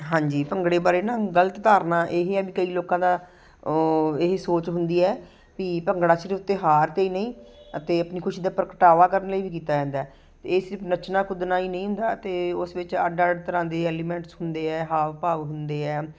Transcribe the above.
ਹਾਂਜੀ ਭੰਗੜੇ ਬਾਰੇ ਨਾ ਗਲਤ ਧਾਰਨਾ ਇਹ ਹੈ ਵੀ ਕਈ ਲੋਕਾਂ ਦਾ ਇਹ ਸੋਚ ਹੁੰਦੀ ਹੈ ਵੀ ਭੰਗੜਾ ਸਿਰਫ਼ ਤਿਉਹਾਰ 'ਤੇ ਹੀ ਨਹੀਂ ਅਤੇ ਆਪਣੀ ਖੁਸ਼ੀ ਦਾ ਪ੍ਰਗਟਾਵਾ ਕਰਨ ਲਈ ਵੀ ਕੀਤਾ ਜਾਂਦਾ ਹੈ ਅਤੇ ਇਹ ਸਿਰਫ਼ ਨੱਚਣਾ ਕੁੱਦਣਾ ਹੀ ਨਹੀਂ ਹੁੰਦਾ ਅਤੇ ਉਸ ਵਿੱਚ ਅੱਡ ਅੱਡ ਤਰ੍ਹਾਂ ਦੇ ਐਲੀਮੈਂਟਸ ਹੁੰਦੇ ਹੈ ਹਾਵ ਭਾਵ ਹੁੰਦੇ ਹੈ